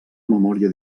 memòria